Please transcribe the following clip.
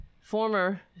Former